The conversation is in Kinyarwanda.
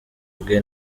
bwe